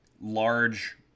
large